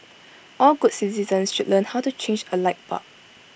all good citizens should learn how to change A light bulb